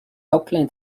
auckland